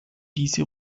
diese